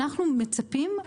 אנחנו מצפים,